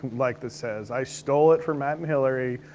like this says. i stole it from matt and hilary,